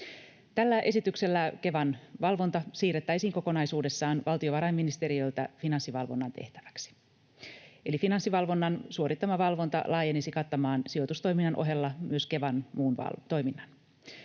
Tällä esityksellä Kevan valvonta siirrettäisiin kokonaisuudessaan valtiovarainministeriöltä Finanssivalvonnan tehtäväksi, eli Finanssivalvonnan suorittama valvonta laajenisi kattamaan sijoitustoiminnan ohella myös Kevan muun toiminnan.